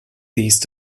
these